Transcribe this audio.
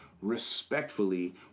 respectfully